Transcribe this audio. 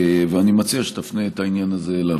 ואני מציע שתפנה את העניין הזה אליו.